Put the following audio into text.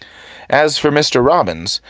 as for mr. robbins,